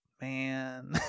man